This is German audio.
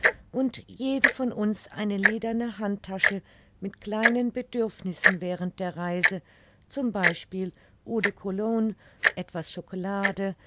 und jede von uns eine lederne handtasche mit kleinen bedürfnissen während der reise z b eau de cologne etwas chocolade